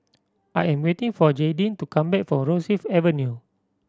I am waiting for Jaidyn to come back for Rosyth Avenue